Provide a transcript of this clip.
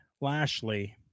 Lashley